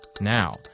Now